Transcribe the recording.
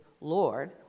Lord